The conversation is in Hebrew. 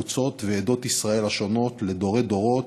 תפוצות ועדות ישראל השונות לדורי-דורות,